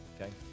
Okay